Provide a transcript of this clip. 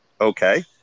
Okay